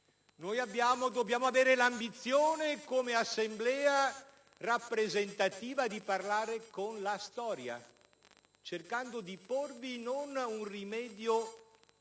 dobbiamo invece avere l'ambizione come Assemblea rappresentativa di parlare con la storia, cercando di porvi non un rimedio